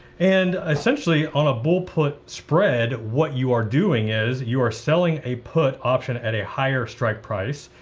and essentially on a bull put spread, what you are doing is you are selling a put option at a higher strike price,